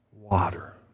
water